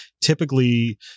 typically